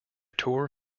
tour